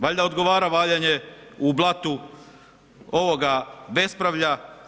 Valjda odgovara valjanje u blatu ovoga bespravlja.